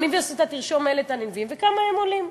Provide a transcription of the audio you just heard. האוניברסיטה תרשום הן את הנלווים והן כמה הם עולים.